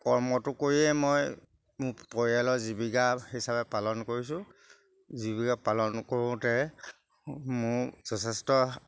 কৰ্মটো কৰিয়েই মই মোৰ পৰিয়ালৰ জীৱিকা হিচাপে পালন কৰিছোঁ জীৱিকা পালন কৰোঁতে মোৰ যথেষ্ট